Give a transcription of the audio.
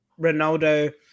Ronaldo